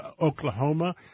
Oklahoma